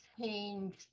change